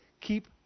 keep